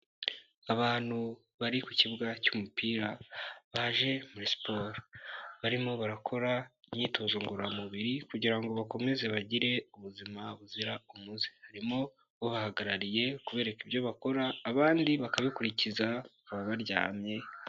Abantu bari ku kibuga cy'umupira baje muri siporo, barimo barakora imyitozo ngororamubiri kugira ngo bakomeze bagire ubuzima buzira umuze, harimo uhagarariye ari kubereka ibyo bakora, abandi bakabikurikiza bakaba baryamye.